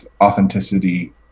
authenticity